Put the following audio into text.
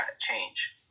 change